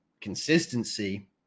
consistency